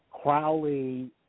Crowley